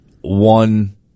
one